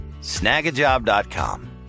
Snagajob.com